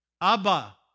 Abba